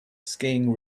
skiing